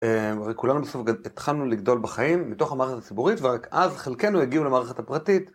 כולנו בסוף התחלנו לגדול בחיים מתוך המערכת הציבורית ואז חלקנו הגיעו למערכת הפרטית.